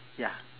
ya